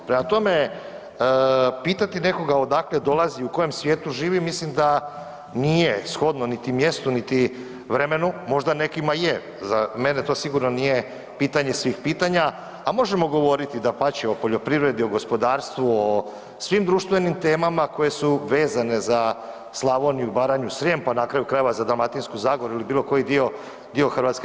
Prema tome, pitati nekoga odakle dolazi u kojem svijetu živi mislim da nije shodno niti mjestu, niti vremenu, možda nekima je, za mene to sigurno nije pitanje svih pitanja, a možemo govoriti dapače o poljoprivredi, o gospodarstvu, o svim društvenim temama koje su vezane za Slavoniju, Baranju, Srijem pa na kraju krajeva za Dalmatinsku zagoru ili bio koji dio, dio Hrvatske.